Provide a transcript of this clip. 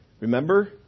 Remember